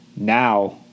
now